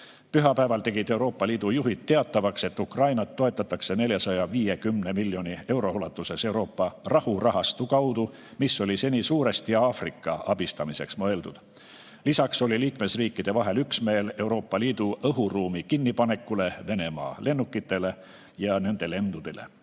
Pühapäeval tegid Euroopa Liidu juhid teatavaks, et Ukrainat toetatakse 450 miljoni euro ulatuses Euroopa rahurahastu kaudu, mis oli seni suuresti Aafrika abistamiseks mõeldud. Lisaks oli liikmesriikide vahel üksmeel panna Euroopa Liidu õhuruum kinni Venemaa lennukitele ja nende lendudele.